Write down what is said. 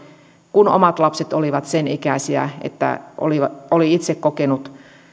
kun omat lapset olivat sen ikäisiä että oli itse kokenut